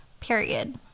period